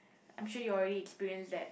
I'm sure you already experience that